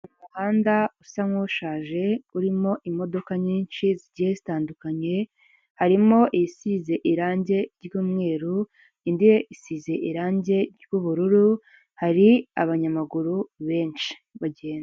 Umuhanda usa nk'ushaje urimo imodoka nyinshi zigiye zitandukanye, harimo isize irangi ry'umweru, indi isize irangi ry'ubururu, hari abanyamaguru benshi bagenda.